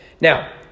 Now